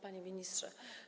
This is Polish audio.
Panie Ministrze!